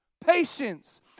Patience